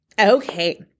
Okay